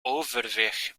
overweg